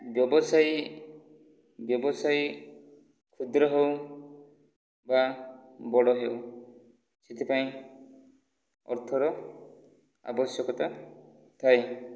ବ୍ୟବସାୟୀ ବ୍ୟବସାୟୀ କ୍ଷୁଦ୍ର ହେଉ ବା ବଡ଼ ହେଉ ସେଥିପାଇଁ ଅର୍ଥର ଆବଶ୍ୟକତା ଥାଏ